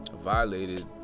violated